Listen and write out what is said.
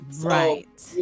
Right